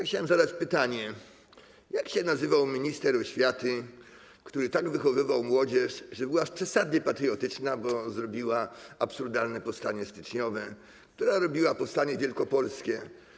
Chciałem zadać pytanie: Jak się nazywał minister oświaty, który tak wychowywał młodzież, że była aż przesadnie patriotyczna, bo zrobiła absurdalne powstanie styczniowe, powstanie wielkopolskie?